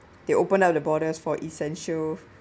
they open up the borders for essential